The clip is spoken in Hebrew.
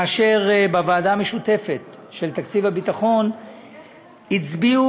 כאשר בוועדה המשותפת של תקציב הביטחון הצביעו,